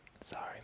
Sorry